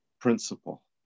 principle